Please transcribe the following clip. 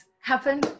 happen